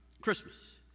Christmas